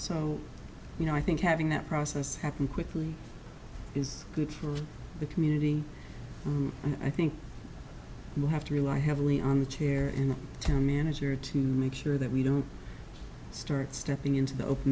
so you know i think having that process happen quickly is good for the community and i think we'll have to rely heavily on the chair in the town manager to make sure that we don't start stepping into the open